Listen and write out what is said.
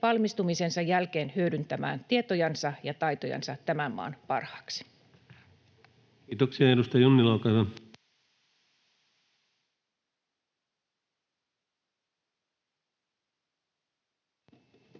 valmistumisensa jälkeen hyödyntämään tietojansa ja taitojansa tämän maan parhaaksi. Kiitoksia. — Edustaja Junnila, olkaa hyvä.